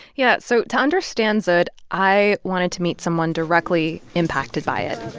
yeah. so to understand dzud, i wanted to meet someone directly impacted by it.